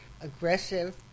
aggressive